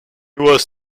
was